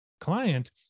client